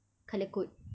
colour code